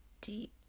deep